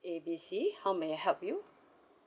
A B C how may I help you